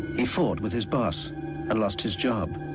he fought with his boss and lost his job.